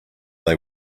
they